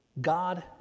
God